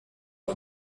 que